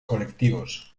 colectivos